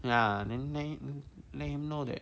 ya and then let him let him know that